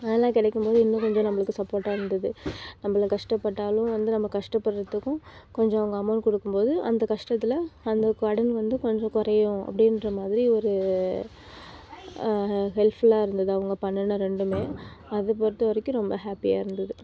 அதுலாம் கிடைக்கும் போது இன்னும் கொஞ்சம் நமக்கு சப்போட்டாக இருந்தது நம்மள கஷ்டப்பட்டாலும் வந்து நம்ம கஷ்டப்படுறதுக்கும் கொஞ்சம் அவங்க அமௌண்ட் கொடுக்கும் போது அந்த கஷ்டத்தில் அந்த கடன் வந்து கொஞ்சம் குறையும் அப்படின்ற மாதிரி ஒரு ஹெல்ப்ஃபுல்லாக இருந்தது அவங்க பண்ணுன ரெண்டுமே அது பொறுத்த வரைக்கும் ரொம்ப ஹேப்பியாக இருந்தது